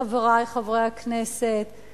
חברי חברי הכנסת,